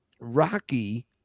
Rocky